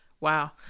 Wow